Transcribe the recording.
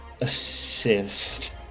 assist